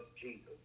Jesus